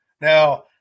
Now